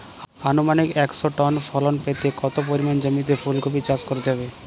আনুমানিক একশো টন ফলন পেতে কত পরিমাণ জমিতে ফুলকপির চাষ করতে হবে?